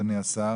אדוני השר,